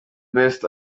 best